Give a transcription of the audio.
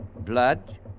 Blood